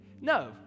No